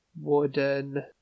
wooden